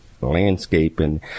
landscaping